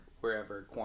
Wherever